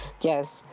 yes